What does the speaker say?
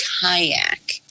kayak